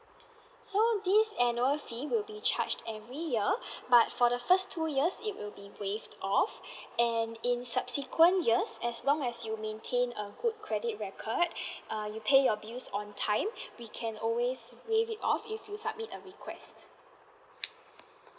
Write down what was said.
so these annual fee will be charged every year but for the first two years it will be waived off and in subsequent years as long as you maintain a good credit record uh you pay your bills on time we can always waive it off if you submit a request